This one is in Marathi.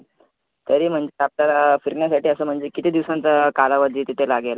तरी म्हणजे आपल्याला फिरण्यासाठी असं म्हणजे किती दिवसांचा कालावधी तिथे लागेल